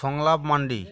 সংলাপ মান্ডি